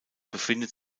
befindet